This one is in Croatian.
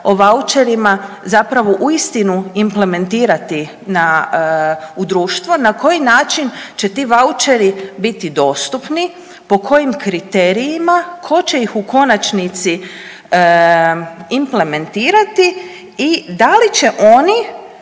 o vaučerima zapravo uistinu implementirati u društvo, na koji način će ti vaučeri biti dostupni, po kojim kriterijima, ko će ih u konačnici implementirati i da li će oni